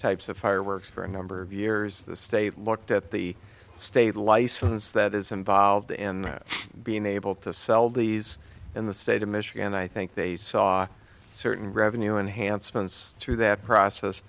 types of fireworks for a number of years the state looked at the state license that is involved in being able to sell these in the state of michigan and i think they saw certain revenue enhancements through that process